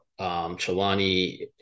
Chalani